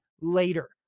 later